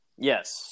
Yes